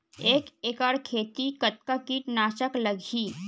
एक एकड़ खेती कतका किट नाशक लगही?